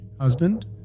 husband